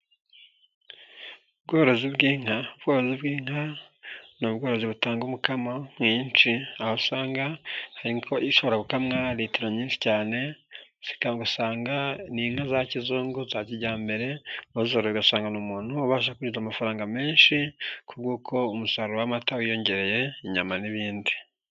Ubworozi bw'inka, ubworozi bw'inka ni ubworozi butanga umukamo mwinshi, aho usanga hari inka ishobora gukamwa ritiro nyinshi cyane, zikagusanga ni inka za kizungu, za kijyambere, uwazoroye ugasanga ni umuntu ubasha kubika amafaranga menshi, ku bw'uko umusaruro w'amata wiyongereye, inyama n'ibindi.